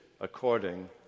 according